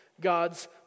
God's